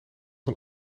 een